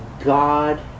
God